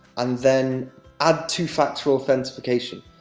and then add two-factor authentication.